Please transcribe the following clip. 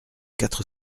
quatre